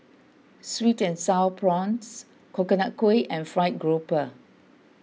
Sweet and Sour Prawns Coconut Kuih and Fried Grouper